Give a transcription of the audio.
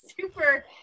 super